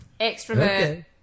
Extrovert